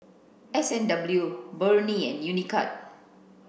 S and W Burnie and Unicurd